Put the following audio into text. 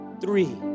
three